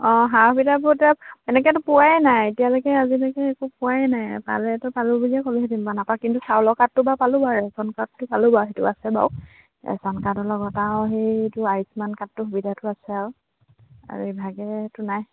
অঁ সা সুবিধাবোৰ এতিয়া এনেকেতো পোৱাই নাই এতিয়ালৈকে আজিলৈকে একো পোৱাই নাই পালেটো পালো বুলিয়ে ক'লোহেঁতেন নাপাওঁ কিন্তু চাউলৰ কাৰ্ডটো বা পালোঁ আৰু ৰেচন কাৰ্ডটো পালো বাৰু সেইটো আছে বাৰু ৰেচন কাৰ্ডৰ লগত আৰু সেইটো আয়ুষ্মান কাৰ্ডটো সুবিধাটো আছে আৰু আৰু ইভাগেটো নাই